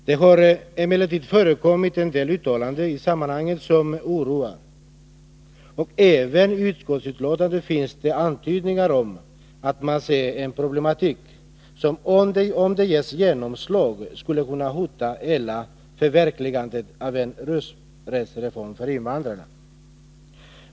Det har emellertid förekommit en del uttalanden i sammanhanget som oroar, Nr 45 och även i utskottsbetänkandet finns det antydningar om att man ser en Torsdagen den problematik, som om den ges genomslag skulle kunna hota hela förverkli 9 december 1982 gandet av en rösträttsreform för invandrare.